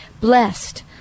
blessed